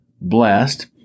blessed